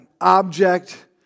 object